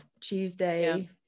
tuesday